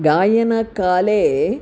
गायनकाले